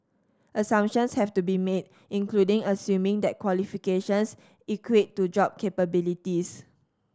assumptions have to be made including assuming that qualifications equate to job capabilities